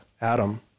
Adam